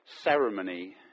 ceremony